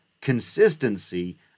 consistency